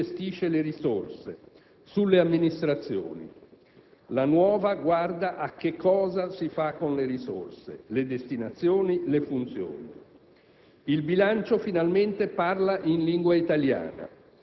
La vecchia classificazione era incentrata su chi gestisce le risorse, sulle amministrazioni. La nuova guarda a che cosa si fa con le risorse, le destinazioni, le funzioni.